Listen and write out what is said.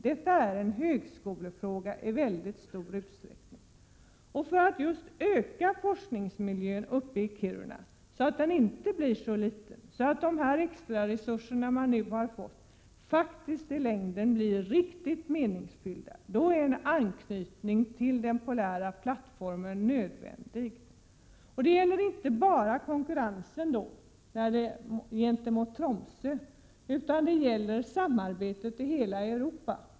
Detta är i mycket stor utsträckning en högskolefråga. För att öka forskningsmiljön i Kiruna så att den inte blir för liten och så att de extra resurser man nu har fått i längden blir riktigt meningsfulla, är en anknytning till den polära plattformen nödvändig. Det gäller då inte bara konkurrensen med Tromsö, utan det gäller samarbetet i hela Europa.